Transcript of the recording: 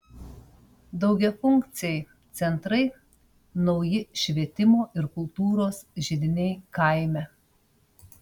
daugiafunkciai centrai nauji švietimo ir kultūros židiniai kaime